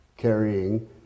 carrying